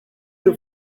your